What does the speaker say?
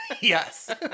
Yes